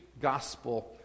Gospel